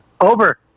Over